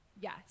yes